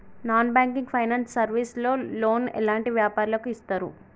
Non banking finance service లో loan ఎలాంటి వ్యాపారులకు ఇస్తరు?